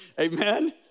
amen